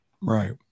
right